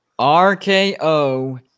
RKO